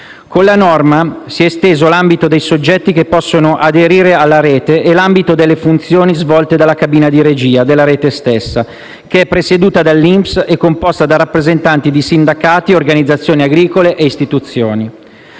Con la norma si è esteso l'ambito dei soggetti che possono aderire alla Rete e l'ambito delle funzioni svolte dalla cabina di regia della Rete stessa, che è presieduta dall'INPS e composta da rappresentanti di sindacati, organizzazioni agricole e istituzioni.